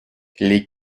les